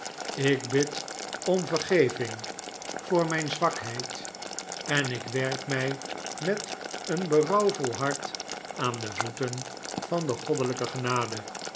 ik bid om vergeving voor mijn zwakheid en ik werp mij met een berouwvol hart aan de voeten van de goddelijke genade